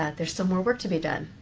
there's still more work to be done.